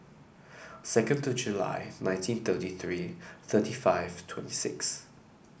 second to July nineteen thirty three thirty five twenty six